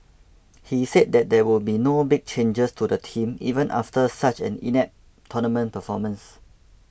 he said that there will be no big changes to the team even after such an inept tournament performance